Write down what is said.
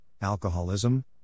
alcoholism